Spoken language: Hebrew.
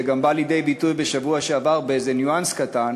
זה גם בא לידי ביטוי בשבוע שעבר באיזה ניואנס קטן